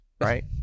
right